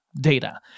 data